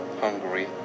Hungary